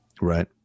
Right